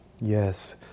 Yes